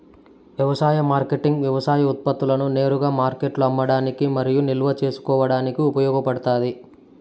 వ్యవసాయ మార్కెటింగ్ వ్యవసాయ ఉత్పత్తులను నేరుగా మార్కెట్లో అమ్మడానికి మరియు నిల్వ చేసుకోవడానికి ఉపయోగపడుతాది